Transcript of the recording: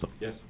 Yes